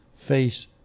face